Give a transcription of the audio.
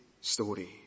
story